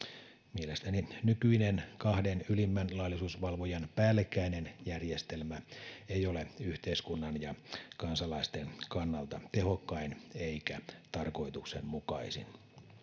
mielestäni nykyinen kahden ylimmän laillisuusvalvojan päällekkäinen järjestelmä ei ole yhteiskunnan ja kansalaisten kannalta tehokkain eikä tarkoituksenmukaisin